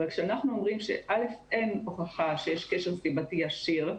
אין הוכחה שיש קשר סיבתי ישיר.